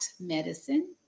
medicine